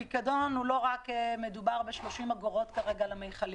לא מדובר רק בפיקדון של 30 אגורות על המכלים.